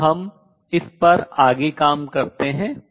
अब हम इस पर आगे काम करते हैं